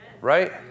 Right